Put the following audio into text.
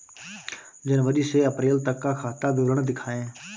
जनवरी से अप्रैल तक का खाता विवरण दिखाए?